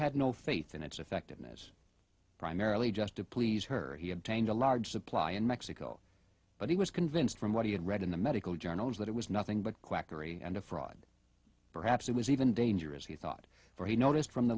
had no faith in its effectiveness primarily just to please her he obtained a large supply in mexico but he was convinced from what he had read in the medical journals that it was nothing but quackery and a fraud perhaps it was even dangerous he thought for he noticed from the